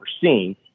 seen